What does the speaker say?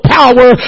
power